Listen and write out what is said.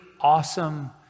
awesome